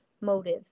motive